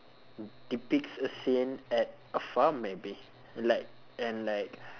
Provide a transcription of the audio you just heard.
depicts a scene at a farm maybe like and like